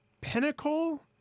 Pinnacle